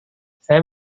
saya